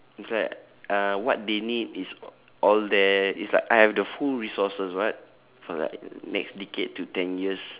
it's like uh what they need is all there it's like I have the full resources [what] for like next decade to ten years